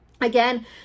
Again